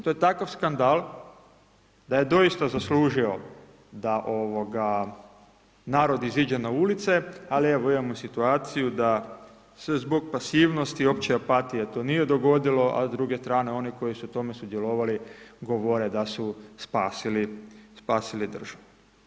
To je takav skandal, da je doista zaslužio da narod iziđe na ulice ali evo imamo situaciju da se zbog pasivnosti opće opatije to nije dogodilo, a s druge strane oni koji su u tome sudjelovali, govore da su spasili državu.